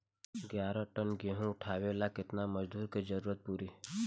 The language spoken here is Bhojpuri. ग्यारह टन गेहूं उठावेला केतना मजदूर के जरुरत पूरी?